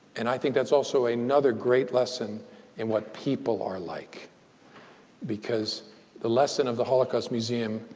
and i think that's also another great lesson in what people are like because the lesson of the holocaust museum,